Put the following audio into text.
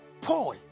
Paul